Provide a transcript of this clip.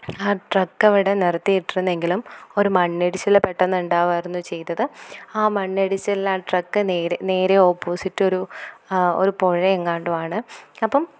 ആ ട്രക്ക് അവിടെ നിറുത്തിയിട്ടിരുന്നെങ്കിലും ഒരു മണ്ണിടിച്ചിൽ പെട്ടെന്ന് ഉണ്ടാവുകയായിരുന്നു ചെയ്തത് ആ മണ്ണിടിച്ചിലിൽ ആ ട്രക്ക് നേരെ നേരെ ഓപ്പോസിറ്റ് ഒരു ഒരു പുഴയെങ്ങാണ്ടുവാണ് അപ്പം